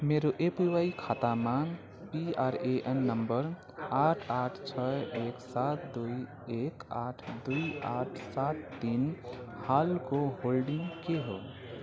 मेरो एपिवाई खातामा PRAN number आठ आठ छ एक सात दुई एक आठ दुई आठ सात तिन हालको होल्डिङ के हो